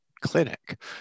clinic